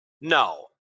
no